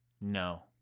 No